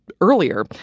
earlier